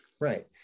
Right